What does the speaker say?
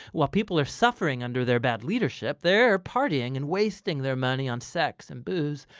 while people are suffering under their bad leadership, they're partying and wasting their money on sex and booze.